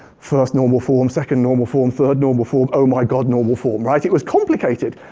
first normal form, second normal form, third normal form, oh my god normal form. right, it was complicated.